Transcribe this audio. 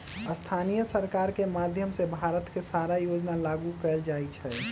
स्थानीय सरकार के माधयम से भारत के सारा योजना लागू कएल जाई छई